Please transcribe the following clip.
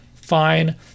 fine